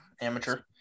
Amateur